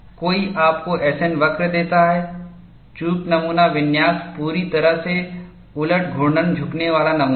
कोई आपको S N वक्र देता है चूक नमूना विन्यास पूरी तरह से उलट घूर्णन झुकने वाला नमूना है